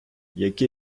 яке